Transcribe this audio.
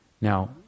Now